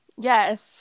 Yes